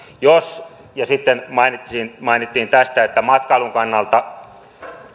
sitten mainittiin mainittiin tästä että matkailun kannalta on